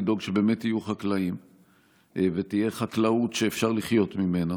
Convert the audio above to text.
לדאוג שבאמת יהיו חקלאים ותהיה חקלאות שאפשר לחיות ממנה.